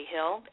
Hill